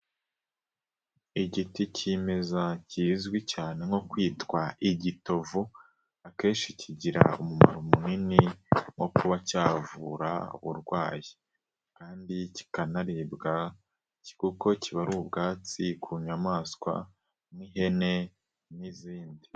Igiti kimeza, kizwi cyane nko kwitwa igitovu. Akenshi kigira umumaro munini wo kuba cyavura uburwayi kandi kikanaribwa kuko kiba ari ubwatsi ku nyamaswa nk'ihene n'izindi.